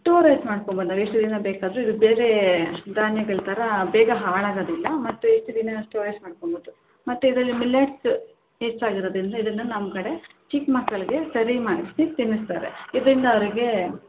ಎಷ್ಟೋ ರೇಟ್ ಮಾಡ್ಕೊಂಡು ಬಂದಾಗ ಎಷ್ಟು ದಿನ ಬೇಕಾದರು ಇದು ಬೇರೆ ಧಾನ್ಯಗಳ ಥರ ಬೇಗ ಹಾಳಾಗೋದಿಲ್ಲ ಮತ್ತೆ ಎಷ್ಟು ದಿನ ಅಷ್ಟು ಮಾಡ್ಕೊಬೌದು ಮತ್ತೆ ಇದರಲ್ಲಿ ಮಿಲ್ಯಾಟ್ಸ್ ಹೆಚ್ಚಾಗ್ ಇರೋದ್ರಿಂದ ಇದನ್ನು ನಮ್ಮ ಕಡೆ ಚಿಕ್ಕ ಮಕ್ಳಿಗೆ ಸರಿ ಮಾಡಿಸಿ ತಿನಸ್ತಾರೆ ಇದರಿಂದ ಅವರಿಗೆ